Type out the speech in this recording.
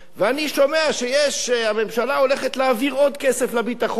ואני שומע שהממשלה הולכת להעביר עוד כסף לביטחון,